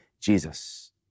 Jesus